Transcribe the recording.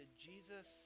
Jesus